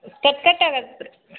cut cut ಆಗತ್ತೆ ರೀ